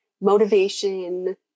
motivation